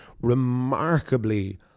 remarkably